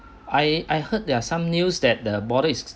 I I heard there are some news that the border is